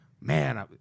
man